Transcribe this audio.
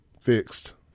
Fixed